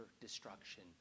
destruction